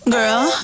Girl